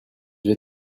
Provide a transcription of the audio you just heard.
vais